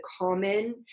common